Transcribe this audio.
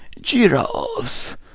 Giraffes